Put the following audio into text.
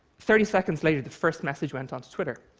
thirty seconds later, the first message went onto twitter,